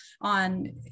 on